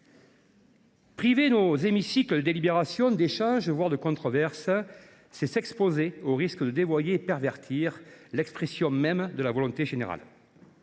Priver nos hémicycles de délibération, d’échange, voire de controverse, c’est s’exposer au risque de dévoyer et de pervertir l’expression même de la volonté générale.